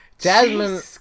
Jasmine